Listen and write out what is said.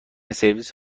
سرویس